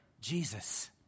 Jesus